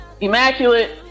immaculate